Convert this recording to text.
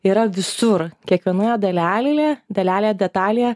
yra visur kiekvienoje dalelėje dalelė detalėje